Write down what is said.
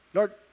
Lord